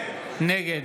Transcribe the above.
נגד